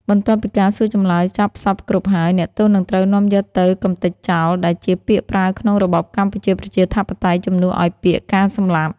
បន្ទាប់ពីការសួរចម្លើយចប់សព្វគ្រប់ហើយ អ្នកទោសនឹងត្រូវនាំយកទៅ “កម្ទេចចោល” ដែលជាពាក្យប្រើក្នុងរបបកម្ពុជាប្រជាធិបតេយ្យជំនួសឱ្យពាក្យ “ការសម្លាប់” ។